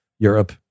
Europe